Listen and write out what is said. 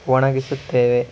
ಒಣಗಿಸುತ್ತೇವೆ